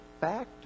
fact